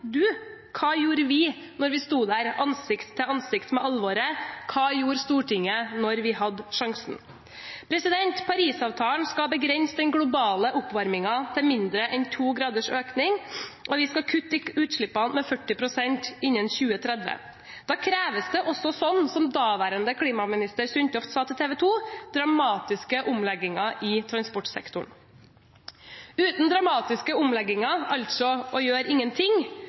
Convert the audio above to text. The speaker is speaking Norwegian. du? Hva gjorde vi da vi sto der, ansikt til ansikt med alvoret? Hva gjorde Stortinget da vi hadde sjansen? Paris-avtalen skal begrense den globale oppvarmingen til mindre enn to graders økning, og vi skal kutte i utslippene med 40 pst. innen 2030. Da kreves det også, slik som daværende klimaminister Sundtoft sa til TV 2, dramatiske omlegginger i transportsektoren. Uten dramatiske omlegginger – altså å gjøre ingenting